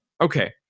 Okay